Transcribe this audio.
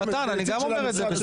אנחנו בדיחה פה?